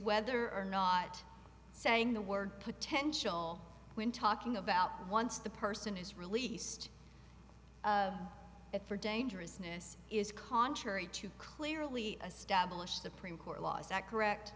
whether or not saying the word potential when talking about once the person is released it for dangerousness is contrary to clearly established supreme court law is that correct